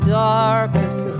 darkest